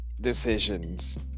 decisions